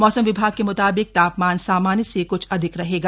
मौसम विभाग के म्ताबिक तापमान सामान्य से क्छ अधिक रहेगा